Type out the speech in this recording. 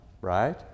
right